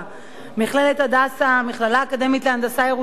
מכללת "הדסה"; המכללה האקדמית להנדסה ירושלים,